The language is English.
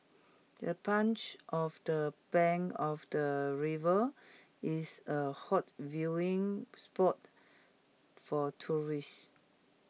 the bench of the bank of the river is A hot viewing spot for tourists